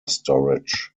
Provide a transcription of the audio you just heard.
storage